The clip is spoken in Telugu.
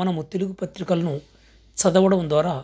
మనము తెలుగు పత్రికలను చదవడం ద్వారా